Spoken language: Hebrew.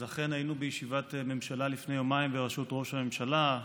אז אכן היינו בישיבת ממשלה לפני יומיים בראשות ראש הממשלה.